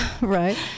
Right